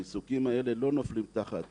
העיסוקים האלה לא נופלים תחת